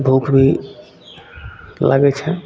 भूख भी लागै छै